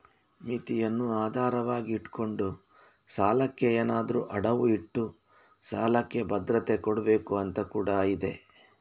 ಮಿತಿಯನ್ನ ಆಧಾರ ಆಗಿ ಇಟ್ಕೊಂಡು ಸಾಲಕ್ಕೆ ಏನಾದ್ರೂ ಅಡವು ಇಟ್ಟು ಸಾಲಕ್ಕೆ ಭದ್ರತೆ ಕೊಡ್ಬೇಕು ಅಂತ ಕೂಡಾ ಇದೆ